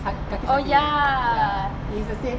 it's the same